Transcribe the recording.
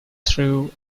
through